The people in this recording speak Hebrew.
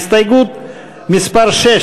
הסתייגות מס' 6,